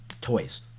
toys